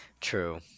True